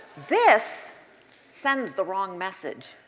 this sends the wrong message.